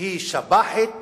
היא שב"חית